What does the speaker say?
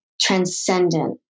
transcendent